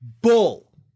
Bull